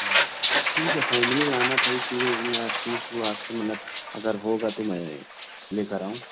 ٹھیک ہے فیملی لانا تھا اس لیے میں پوچھ لیا آپ سے مطلب اگر ہوگا تو میں لے کر آؤں